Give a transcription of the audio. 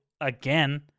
again